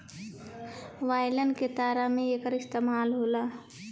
violin के तार में एकर इस्तेमाल होला